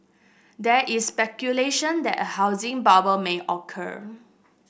there is speculation that a housing bubble may occur